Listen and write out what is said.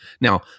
Now